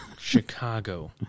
Chicago